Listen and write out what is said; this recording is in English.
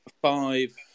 five